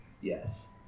Yes